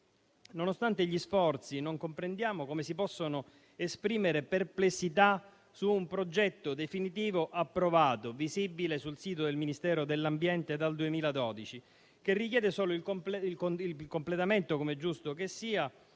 Nonostante gli sforzi, non comprendiamo come si possano esprimere perplessità su un progetto definitivo, approvato e visibile sul sito del Ministero dell'ambiente dal 2012, che richiede solo il completamento, com'è giusto che sia,